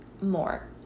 more